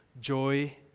joy